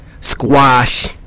squash